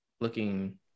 looking